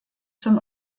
zum